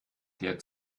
der